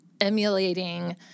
emulating